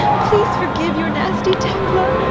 please forgive your nasty tekla!